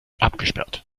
abgesperrt